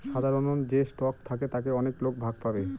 সাধারন যে স্টক থাকে তাতে অনেক লোক ভাগ পাবে